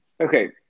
Okay